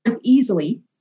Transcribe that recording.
easily